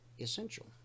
essential